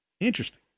Interesting